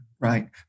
Right